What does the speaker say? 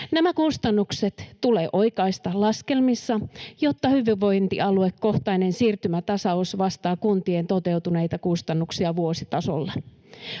Nämä kustannukset tulee oikaista laskelmissa, jotta hyvinvointialuekohtainen siirtymätasaus vastaa kuntien toteutuneita kustannuksia vuositasolla.